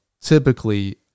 typically